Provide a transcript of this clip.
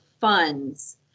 funds